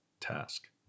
task